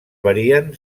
varien